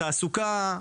בתעסוקה,